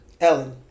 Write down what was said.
ellen